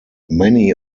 many